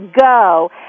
Go